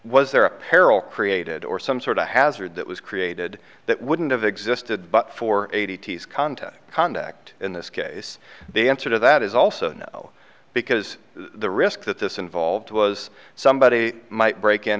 was there a peril created or some sort of hazard that was created that wouldn't have existed but for a t t s contact conduct in this case the answer to that is also no because the risk that this involved was somebody might break in